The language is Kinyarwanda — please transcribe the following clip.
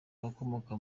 abakomoka